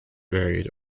varied